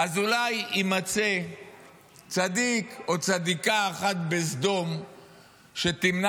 אולי יימצא צדיק או צדיקה אחת בסדום שתמנע